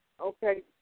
Okay